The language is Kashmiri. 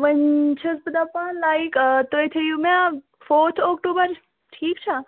وۅنۍ چھَس بہٕ دپان لایِک تُہۍ تھٲوِو مےٚ فورٕتھ اَکتوٗبَر ٹھیٖک چھا